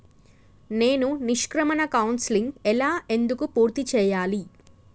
నేను నిష్క్రమణ కౌన్సెలింగ్ ఎలా ఎందుకు పూర్తి చేయాలి?